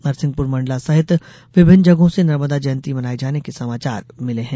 नरसिंहपुर मंडला सहित विभिन्न जगहों से नर्मदा जयंती मनाये जाने के समाचार मिलें हैं